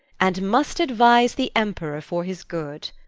and must advise the emperor for his good.